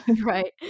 right